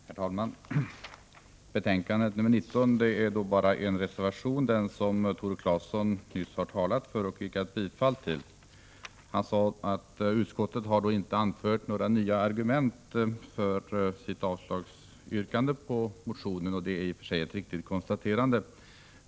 Herr talman! Till bostadsutskottets betänkande nr 19 har fogats endast en reservation, den som Tore Claeson nyss talade för och yrkade bifall till. Han sade att utskottet inte har anfört några nya argument för sitt avslagsyrkande beträffande motion nr 909, vilket i och för sig är ett riktigt konstaterande.